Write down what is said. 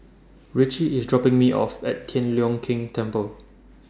Richie IS dropping Me off At Tian Leong Keng Temple